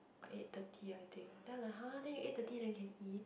eight thirty I think then like !huh! then you eight thirty then can eat